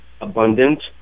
abundant